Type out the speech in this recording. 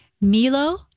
Milo